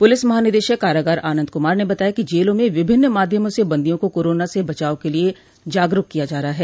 police महानिदेशक कारागार आनन्द कुमार ने बताया कि जेलों में विभिन्न माध्यमों से बंदियों को कोरोना से बचाव के लिये जागरूक किया जा रहा है